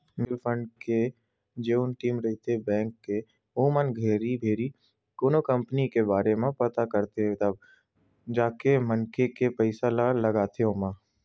mutual fund के जउन team रहिथे बेंक के ओमन घेरी भेरी कोनो कंपनी के बारे म पता करथे तब जाके मनखे के पइसा ल लगाथे ओमा